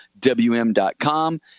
WM.com